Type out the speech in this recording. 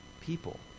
people